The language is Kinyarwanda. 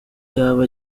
yaba